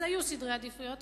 אז היו סדרי עדיפויות,